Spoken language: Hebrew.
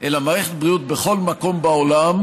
אלא מערכת בריאות בכל מקום בעולם,